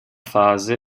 fase